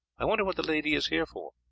i wonder what the lady is here for?